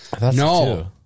No